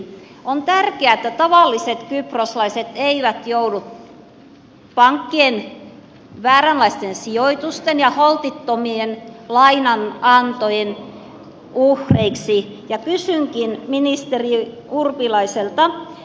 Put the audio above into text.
on tärkeää että tavalliset kyproslaiset eivät joudu pankkien vääränlaisten sijoitusten ja holtittomien lainanantojen uhreiksi ja kysynkin ministeri urpilaiselta